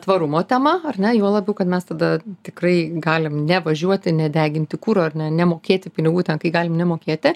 tvarumo tema ar ne juo labiau kad mes tada tikrai galim nevažiuoti nedeginti kuro ar ne nemokėti pinigų ten kai galim nemokėti